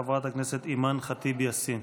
חברת הכנסת אימאן ח'טיב יאסין.